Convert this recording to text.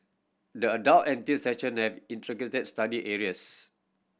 the adult and teens section study areas